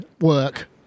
work